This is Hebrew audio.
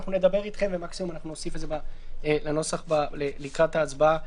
נדבר אתכם ומקסימום אנחנו נוסיף את זה לנוסח לקראת ההצבעה.